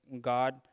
God